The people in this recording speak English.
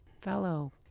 fellow